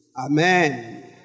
Amen